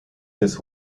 this